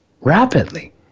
rapidly